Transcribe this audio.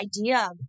idea